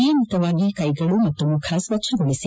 ನಿಯಮಿತವಾಗಿ ಕೈಗಳು ಮತ್ತು ಮುಖ ಸ್ವಜ್ವಗೊಳಿಸಿ